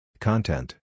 Content